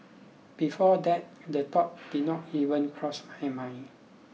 before that the thought did not even cross my mind